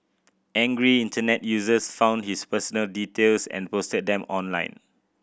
angry Internet users found his personal details and posted them online